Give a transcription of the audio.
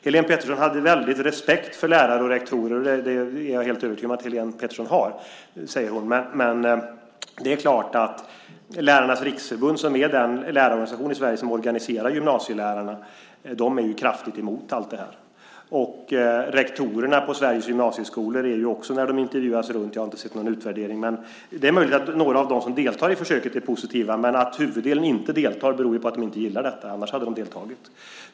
Helene Petersson säger att hon har en väldig respekt för lärare och rektorer, och det är jag helt övertygad om att hon har. Men Lärarnas Riksförbund, som är den lärarorganisation i Sverige som organiserar gymnasielärarna, är kraftigt emot allt detta. Rektorerna på Sveriges gymnasieskolor har också varit negativa när de intervjuats. Jag har inte sett någon utvärdering, och det är möjligt att några av dem som deltar i försöket är positiva. Men att huvuddelen inte deltar beror på att de inte gillar detta, annars hade de deltagit.